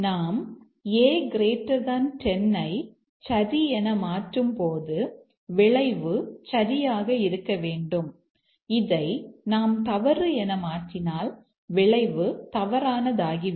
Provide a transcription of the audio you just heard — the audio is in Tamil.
நாம் a 10 ஐ சரி என மாற்றும்போது விளைவு சரியாக இருக்க வேண்டும் இதை நாம் தவறு என மாற்றினால் விளைவு தவறானதாகிவிடும்